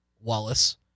Wallace